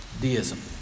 deism